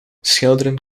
schilderen